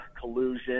collusion